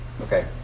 Okay